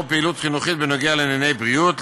פעילות חינוכית בנוגע לענייני בריאות,